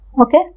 Okay